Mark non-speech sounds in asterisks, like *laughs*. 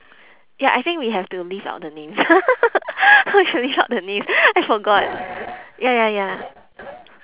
ya I think we have to leave out the names *laughs* have to leave out the name I forgot ya ya ya